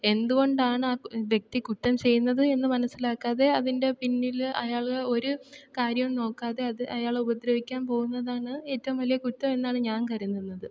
എന്തുകൊണ്ടാണ് ആ വ്യക്തി കുറ്റം ചെയ്യുന്നത് എന്ന് മനസ്സിലാക്കാതെ അതിൻ്റെ പിന്നിൽ അയാൾ ഒരു കാര്യവും നോക്കാതെ അത് അയാളെ ഉപദ്രവിക്കാൻ പോകുന്നതാണ് ഏറ്റവും വലിയ കുറ്റം എന്നാണ് ഞാൻ കരുതുന്നത്